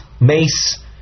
mace